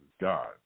God